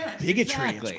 bigotry